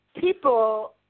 people